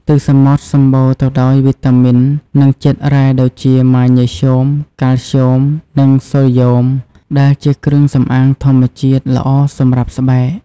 ទឹកសមុទ្រសម្បូរទៅដោយវីតាមីន និងជាតិរ៉ែដូចជា ម៉ាញ៉េស្យូម កាល់ស្យូម និងសូដ្យូម ដែលជាគ្រឿងសម្អាងធម្មជាតិល្អសម្រាប់ស្បែក។